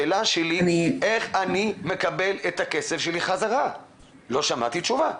השאלה שלי היא איך אני מקבל את הכסף שלי בחזרה ולא שמעתי תשובה.